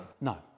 No